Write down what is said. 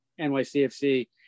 NYCFC